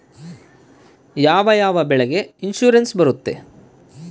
ಯಾವ ಯಾವ ಬೆಳೆಗೆ ಇನ್ಸುರೆನ್ಸ್ ಬರುತ್ತೆ?